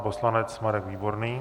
Poslanec Marek Výborný.